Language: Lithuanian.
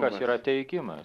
kas yra teigimas